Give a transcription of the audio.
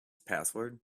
password